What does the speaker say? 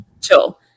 chill